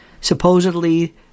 Supposedly